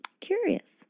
Curious